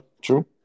True